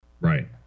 Right